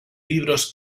libros